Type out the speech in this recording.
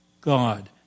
God